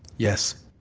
yes.